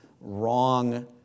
wrong